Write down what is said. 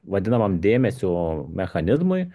vadinamam dėmesio mechanizmui